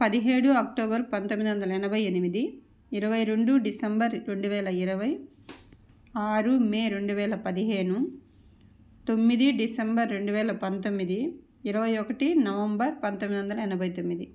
పదిహేడు అక్టోబర్ పంతొమ్మిదొందల ఎనభై ఎనిమిది ఇరవై రెండు డిసెంబర్ రెండు వేల ఇరవై ఆరు మే రెండువేల పదిహేను తొమ్మిది డిసెంబర్ రెండు వేల పంతొమ్మిది ఇరవై ఒకటి నవంబర్ పంతొమ్మిదొందల ఎనభై తొమ్మిది